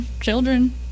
children